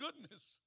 goodness